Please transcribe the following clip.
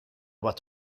what